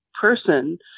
person